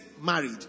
married